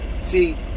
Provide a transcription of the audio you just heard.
See